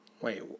Wait